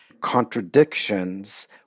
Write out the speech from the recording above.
contradictions